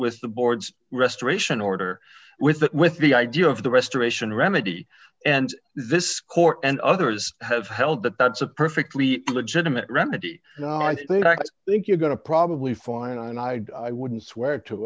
with the board's restoration order with that with the idea of the restoration remedy and this court and others have held that that's a perfectly legitimate remedy i think i think you're going to probably fine and i'd i wouldn't swear to